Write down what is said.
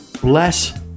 bless